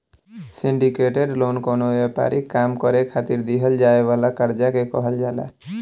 syndicated loan कवनो व्यापारिक काम करे खातिर दीहल जाए वाला कर्जा के कहल जाला